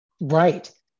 Right